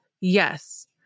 yes